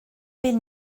beth